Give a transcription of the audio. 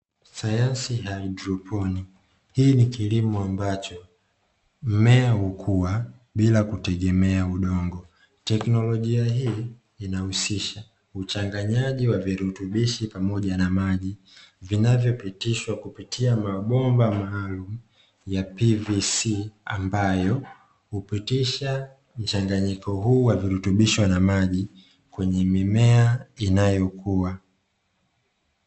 Sayansi ya haidroponi hii ni kilimo ambacho mmea hukua bila kutegemea udongo. Teknolojia hii inahusisha uchanganyaji wa virutibishi pamoja na maji vinavyopitishwa kupitia mabomba maalumu ya (PVC) ambayo hupitisha mchanganyiko huu wa virutubisho na maji kwenye mimea inayokua.